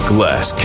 Glass